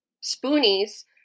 spoonies